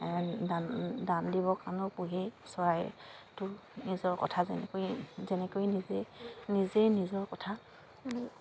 দান দান দিবৰ কাৰণে পোহেই চৰাইটো নিজৰ কথা যেনেকৈ যেনেকৈ নিজেই নিজেই নিজৰ কথা